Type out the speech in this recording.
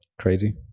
Crazy